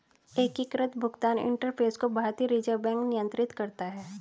एकीकृत भुगतान इंटरफ़ेस को भारतीय रिजर्व बैंक नियंत्रित करता है